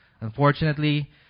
Unfortunately